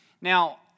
Now